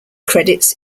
credits